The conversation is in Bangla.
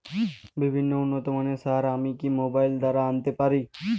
বিভিন্ন উন্নতমানের সার আমি কি মোবাইল দ্বারা আনাতে পারি?